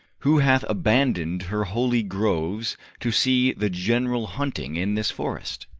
who hath abandoned her holy groves to see the general hunting in this forest?